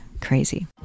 Crazy